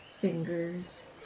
Fingers